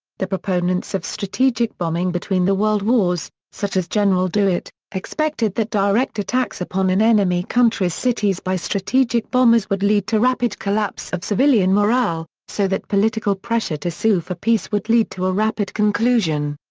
the proponents of strategic bombing between the world wars, such as general douhet, expected that direct attacks upon an enemy country's cities by strategic bombers would lead to rapid collapse of civilian morale, so that political pressure to sue for peace would lead to a rapid conclusion.